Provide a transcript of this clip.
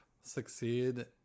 Succeed